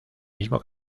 mismo